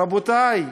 רבותי,